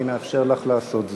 אני מאפשר לך לעשות זאת.